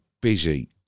busy